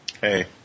Hey